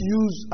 use